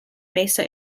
mesa